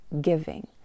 giving